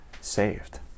saved